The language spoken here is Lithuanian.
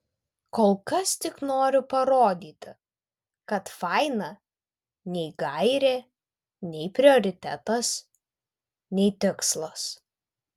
kol kas tik noriu parodyti kad faina nei gairė nei prioritetas nei tikslas